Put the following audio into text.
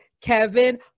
Kevin